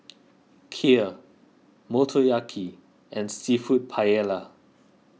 Kheer Motoyaki and Seafood Paella